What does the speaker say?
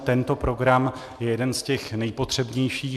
Tento program je jeden z těch nejpotřebnějších.